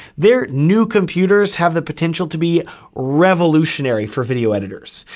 their new computers have the potential to be revolutionary for video editors.